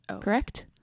correct